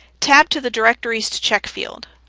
tab to the directories to check field.